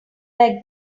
like